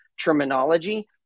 terminology